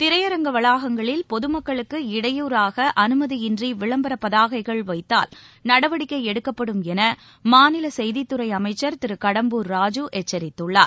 திரையரங்க வளாகங்களில் பொதுமக்களுக்கு இடையூறாகஅனுமதியின்றிவிளம்பரப் பதாகைகள் வைத்தால் நடவடிக்கைஎடுக்கப்படும் எனமாநிலசெய்தித்துறைஅமைச்சர் திருகடம்பூர் ராஜூ எச்சரித்துள்ளார்